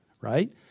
right